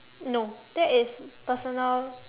no that is personal